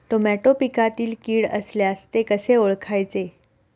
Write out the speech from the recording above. Tomato पिकातील कीड असल्यास ते कसे ओळखायचे?